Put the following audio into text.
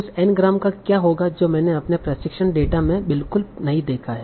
उस N gram का क्या होगा जो मैंने अपने प्रशिक्षण डेटा में बिल्कुल नहीं देखा है